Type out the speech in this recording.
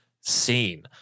seen